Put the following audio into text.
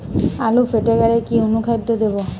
আলু ফেটে গেলে কি অনুখাদ্য দেবো?